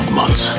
months